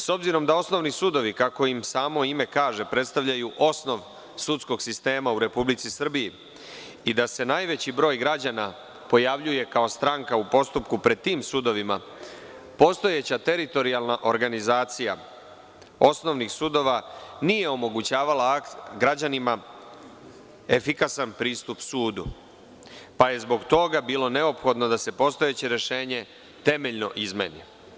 S obzirom da osnovni sudovi kako im samo ime kaže predstavljaju osnov sudskog sistema u Republici Srbiji i da se najveći broj građana pojavljuje kao stranka u postupku pred tim sudovima, postojeća teritorijalna organizacija osnovnih sudova nije omogućavala akt građanima efikasan pristup sudu, pa je zbog toga bilo neophodno da se postojeće rešenje temeljno izmeni.